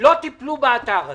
לא טיפלו באתר הזה,